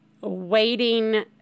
waiting